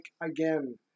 again